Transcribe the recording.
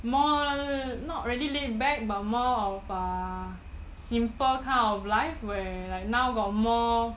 more not really laidback but more of uh simple kind of life where now got more